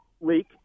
leak